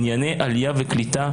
ענייני עלייה וקליטה,